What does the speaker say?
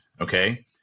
Okay